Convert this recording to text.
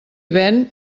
ven